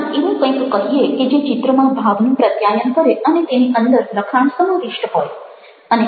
ચાલો એવું કંઈક કહીએ કે જે ચિત્રમાં ભાવનું પ્રત્યાયન કરે અને તેની અંદર લખાણ સમાવિષ્ટ હોય